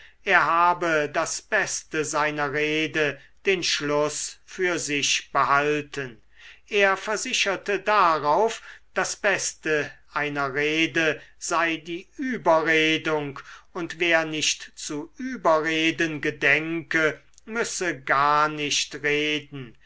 er habe das beste seiner rede den schluß für sich behalten er versicherte darauf das beste einer rede sei die überredung und wer nicht zu überreden gedenke müsse gar nicht reden